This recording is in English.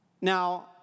Now